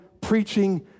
preaching